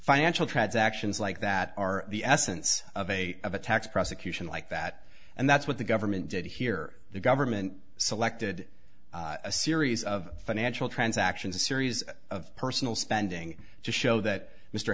financial transactions like that are the essence of a of a tax prosecution like that and that's what the government did here the government selected a series of financial transactions a series of personal spending to show that mr